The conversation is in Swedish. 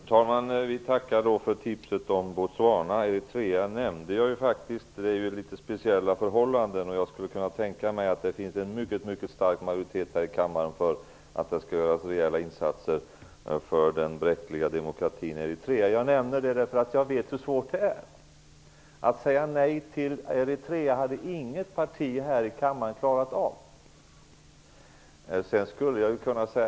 Fru talman! Vi tackar för tipset om Botswana. Eritrea nämnde jag faktiskt. Där råder speciella förhållanden, och jag kan tänka mig att det finns en mycket stark majoritet här i kammaren för att det skall göras särskilda insatser för den bräckliga demokratin i Eritrea. Jag nämner detta därför att jag vet hur svårt det är. Inget parti här i kammaren hade klarat att säga nej till Eritrea.